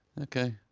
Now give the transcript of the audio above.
okay.